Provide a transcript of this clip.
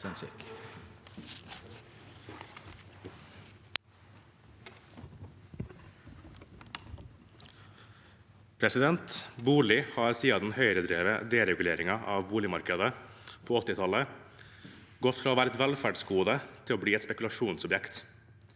Bolig har, siden den Høyre-drevne dereguleringen av boligmarkedet på 1980-tallet, gått fra å være et velferdsgode til å bli et spekulasjonsobjekt.